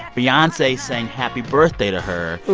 beyonce sang happy birthday to her